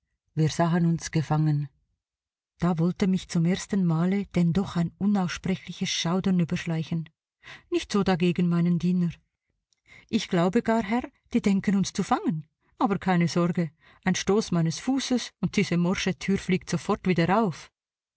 wir sahen uns gefangen da wollte mich zum ersten male denn doch ein unaussprechliches schaudern überschleichen nicht so dagegen meinen diener ich glaube gar herr die denken uns zu fangen aber keine sorge ein stoß meines fußes und diese morsche tür fliegt sofort wieder auf